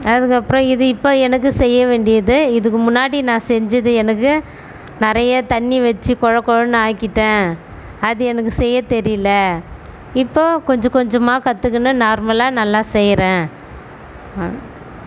அதுக்கு அப்பறம் இது இப்போ எனக்கு செய்ய வேண்டியது இதுக்கு முன்னாடி நான் செஞ்சது எனக்கு நிறையா தண்ணி வைச்சி கொழ கொழனு ஆக்கிட்டேன் அது எனக்கு செய்ய தெரியல இப்போது கொஞ்சம் கொஞ்சமாக கற்றுக்குனு நார்மலாக நல்லா செய்கிறேன்